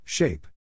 Shape